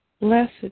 Blessed